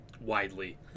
widely